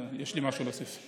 יש לי משהו להוסיף.